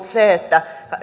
se että